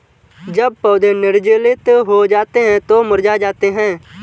जब पौधे निर्जलित हो जाते हैं तो मुरझा जाते हैं